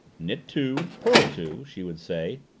knit two, purl two, she would say,